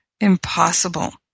impossible